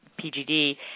PGD